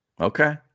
Okay